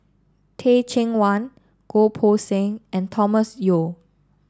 Teh Cheang Wan Goh Poh Seng and Thomas Yeo